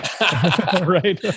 right